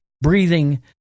breathing